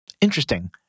Interesting